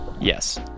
Yes